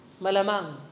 Malamang